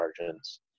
margins